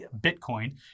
Bitcoin